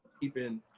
keeping